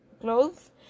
clothes